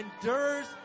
endures